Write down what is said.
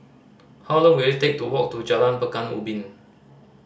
how long will it take to walk to Jalan Pekan Ubin